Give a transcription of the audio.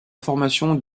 formation